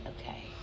Okay